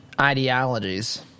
ideologies